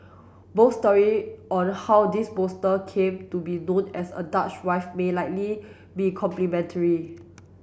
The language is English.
both story on how this bolster came to be known as a Dutch wife may likely be complementary